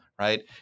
right